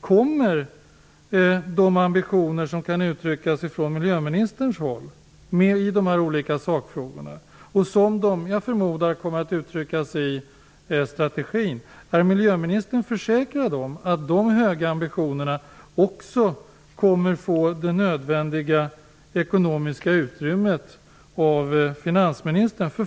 Kommer de ambitioner som kan uttryckas från miljöministerns håll med i de olika sakfrågor som förmodligen kommer att uttryckas i strategin? Är miljöministern försäkrad om att de höga ambitionerna också kommer att få det nödvändiga ekonomiska utrymmet av finansministern?